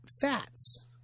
fats